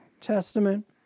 Testament